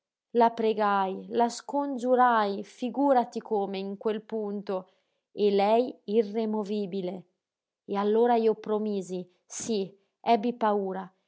la pregai la scongiurai figúrati come in quel punto e lei irremovibile e allora io promisi sí ebbi paura